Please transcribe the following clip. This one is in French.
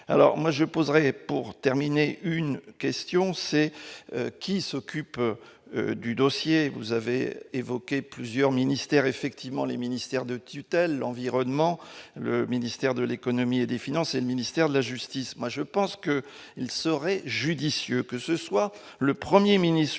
alors moi je poserais pour terminer une question : c'est qui s'occupe du dossier, vous avez évoqué plusieurs ministères effectivement les ministères de tutelle, l'environnement, le ministère de l'Économie et des Finances et le ministère de la justice, moi je pense que il serait judicieux que ce soit le 1er ministre